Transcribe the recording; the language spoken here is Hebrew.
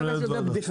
אתה תראה שזה בדיחה,